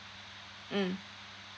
mm